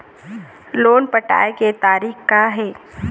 Loan पटाए के तारीख़ का हे?